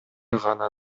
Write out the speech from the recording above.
гана